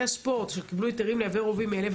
הספורט שקיבלו היתרים לייבא רובים אלה,